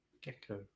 gecko